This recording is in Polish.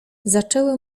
zaczęły